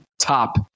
top